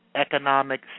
economic